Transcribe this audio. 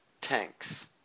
tanks